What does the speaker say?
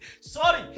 Sorry